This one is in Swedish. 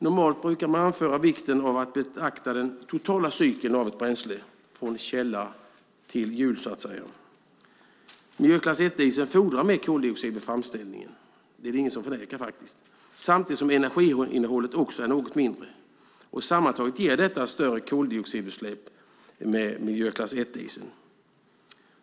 Normalt brukar man tala om vikten av att beakta den totala cykeln av ett bränsle från källa till hjul, så att säga. Miljöklass 1-dieseln fordrar mer koldioxid vid framställningen - det förnekar faktiskt ingen - samtidigt som energiinnehållet är något mindre. Sammantaget ger detta större koldioxidutsläpp med miljöklass 1-dieseln.